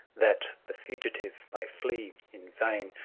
that the fugitive may flee in vain.